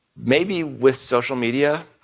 maybe with social media,